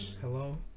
hello